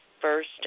first